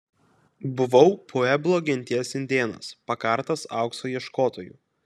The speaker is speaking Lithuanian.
buvau pueblo genties indėnas pakartas aukso ieškotojų